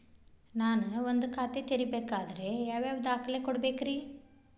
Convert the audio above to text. ನಾನ ಒಂದ್ ಖಾತೆ ತೆರಿಬೇಕಾದ್ರೆ ಯಾವ್ಯಾವ ದಾಖಲೆ ಕೊಡ್ಬೇಕ್ರಿ?